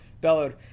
bellowed